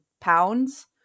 pounds